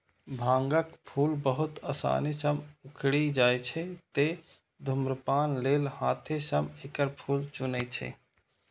भांगक फूल बहुत आसानी सं उखड़ि जाइ छै, तें धुम्रपान लेल हाथें सं एकर फूल चुनै छै